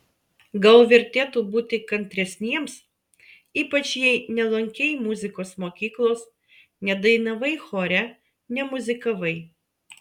gal vertėtų būti kantresniems ypač jei nelankei muzikos mokyklos nedainavai chore nemuzikavai